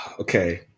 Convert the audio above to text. Okay